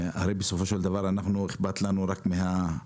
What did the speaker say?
בסופו של דבר אכפת לנו רק מהאזרח.